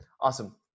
Awesome